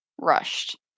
rushed